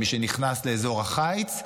מי שנכנס לאזור החיץ,